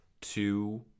two